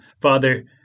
Father